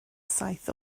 saith